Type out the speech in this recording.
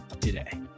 today